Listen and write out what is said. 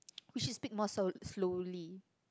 we should speak more slow~ slowly